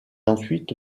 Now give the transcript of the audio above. ensuite